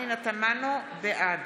בעד